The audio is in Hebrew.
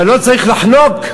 אבל לא צריך לחנוק.